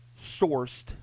sourced